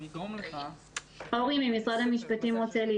אורי, משרד המשפטים,